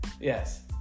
Yes